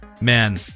man